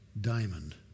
diamond